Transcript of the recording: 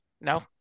No